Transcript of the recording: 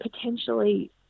potentially